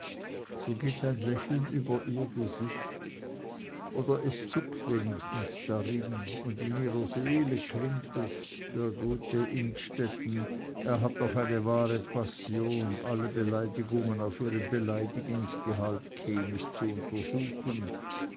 so geht ein lächeln über ihr gesicht oder es zuckt wenigstens darin und in ihrer seele klingt es der gute innstetten er hat doch eine wahre passion alle beleidigungen auf ihren beleidigungsgehalt chemisch zu untersuchen